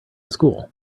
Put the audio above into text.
school